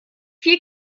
vier